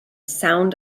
sound